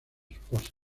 esposas